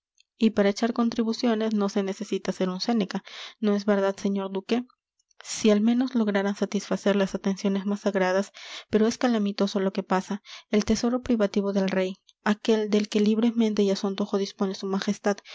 y para echar contribuciones no se necesita ser un séneca no es verdad señor duque si al menos lograran satisfacer las atenciones más sagradas pero es calamitoso lo que pasa el tesoro privativo del rey aquel del que libremente y a su antojo dispone su majestad